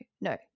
no